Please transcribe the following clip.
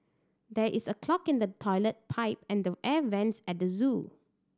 there is a clog in the toilet pipe and the air vents at the zoo